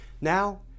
Now